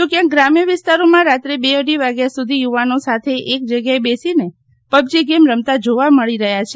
તો ક્યાંક ગ્રામ્ય વિસ્તારોમાં રાત્રે બે અઢી વાગ્યા સુધી યુવાનો સાથે એક જગ્યાએ બેસીને પબજી ગેમ રમતા જોવા મળી રહ્યા છે